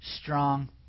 strong